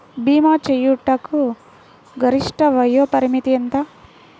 భీమా చేయుటకు గరిష్ట వయోపరిమితి ఎంత?